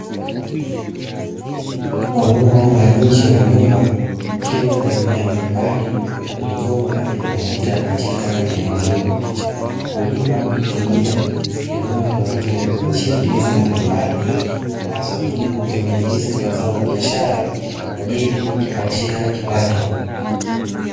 Eneo la nje la nyumba, likiwa na mimea mbalimbali na migomba inayoota katika eneo hilo. Wakulima hutumia migomba kwa ajili ya kuzalishia ndizi mbalimbali ambazo wakulima hutumia ndizi kama zao la biashara kwa ajili ya kujipatia kipato.